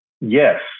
Yes